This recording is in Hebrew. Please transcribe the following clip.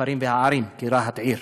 הכפרים והערים, כי רהט היא עיר.